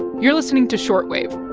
you're listening to short wave